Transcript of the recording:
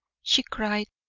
she cried.